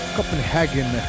Copenhagen